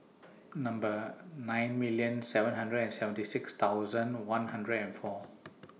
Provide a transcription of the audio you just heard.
Number nine million seven hundred and seventy six thousand one hundred and four